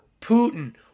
Putin